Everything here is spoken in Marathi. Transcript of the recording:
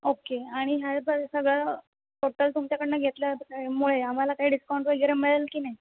ओके आणि हे पण सगळं टोटल तुमच्याकडनं घेतल्यामुळे आम्हाला काही डिस्काउंट वगैरे मिळेल की नाही